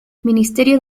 ministerio